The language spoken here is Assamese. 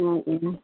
অঁ অঁ